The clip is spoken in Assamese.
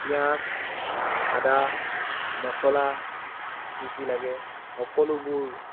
পিঁয়াজ আদা মচলা কি কি লাগে সকলোবোৰ